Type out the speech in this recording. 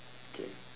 K